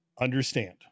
understand